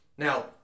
Now